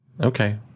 okay